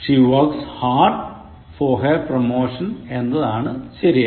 She works hard for her promotion എന്നതാണ് ശരിയായത്